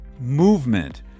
Movement